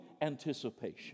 anticipation